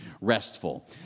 restful